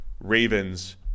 Ravens